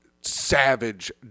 savage